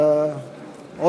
בחר לפרוש מן הכנסת.